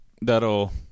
that'll